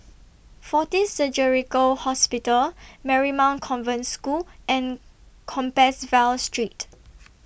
Fortis Surgical Hospital Marymount Convent School and Compassvale Street